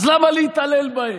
אז למה להתעלל בהם?